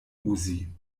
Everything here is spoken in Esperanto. uzi